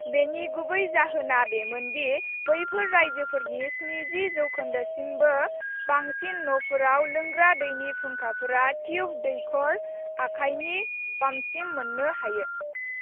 बेनि गुबै जाहोना बेमोन दि बैफोर रायजोफोरनि स्निजि जौखोन्दोनिबो बांसि न'फोराव लोंग्रा दैनि फुंखाफोरा ट्युब दैख'र आखाइनि पाम्पसिम मोननो हायो